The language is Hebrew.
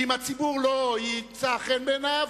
ואם הציבור לא ימצא חן בעיניו,